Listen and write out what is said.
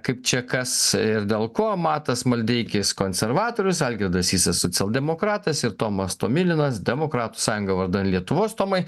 kaip čia kas ir dėl ko matas maldeikis konservatorius algirdas sysas socialdemokratas ir tomas tomilinas demokratų sąjunga vardan lietuvos tomai